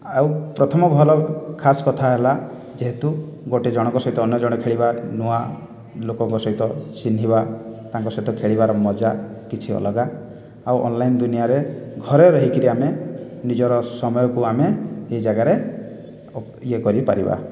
ଆଉ ପ୍ରଥମ ଭଲ ଖାସ୍ କଥା ହେଲା ଯେହେତୁ ଗୋଟିଏ ଜଣଙ୍କ ସହିତ ଅନ୍ୟ ଜଣେ ଖେଳିବା ନୂଆ ଲୋକଙ୍କ ସହିତ ଚିହ୍ନିବା ତାଙ୍କ ସହିତ ଖେଳିବାର ମଜା କିଛି ଅଲଗା ଆଉ ଅନଲାଇନ୍ ଦୁନିଆରେ ଘରେ ରହିକରି ଆମେ ନିଜର ସମୟକୁ ଆମେ ଏହି ଜାଗାରେ ଇଏ କରିପାରବା